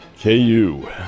KU